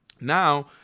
Now